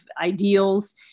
ideals